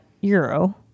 euro